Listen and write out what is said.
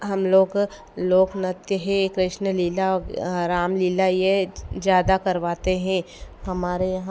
हम लोग लोक नृत्य है कृष्ण लीला राम लीला ये ज़्यादा करवाते हैं हमारे यहाँ